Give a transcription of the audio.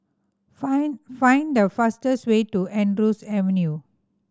find find the fastest way to Andrews Avenue